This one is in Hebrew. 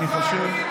אני חושב,